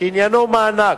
שעניינו מענק,